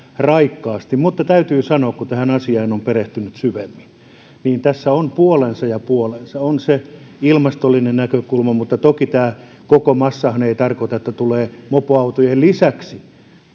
raikkaasti mutta täytyy sanoa kun tähän asiaan on perehtynyt syvemmin että tässä on puolensa ja puolensa on se ilmastollinen näkökulma mutta toki tämä koko massahan ei tarkoita että tulee mopoautojen lisäksi